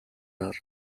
арга